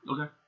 Okay